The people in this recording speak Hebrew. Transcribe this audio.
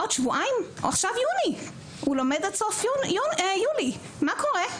עכשיו יוני, הוא לומד עד סוף יולי - מה קורה?